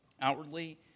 outwardly